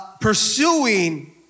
pursuing